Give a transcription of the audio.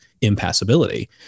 impassibility